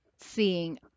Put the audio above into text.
seeing